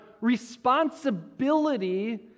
responsibility